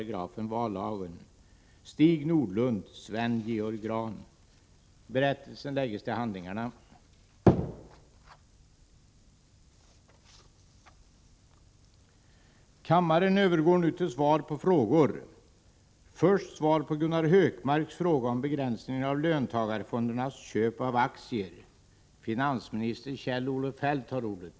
Anser finansministern kringgåendet av 8-procentsregeln vara förenligt med ambitionen att begränsa fondernas makt i enskilt företag? 2. Anser finansministern att fondernas gemensamma uppträdande är förenligt med de motiv som redovisades för att tillskapa fem fonder?